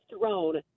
thrown